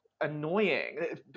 annoying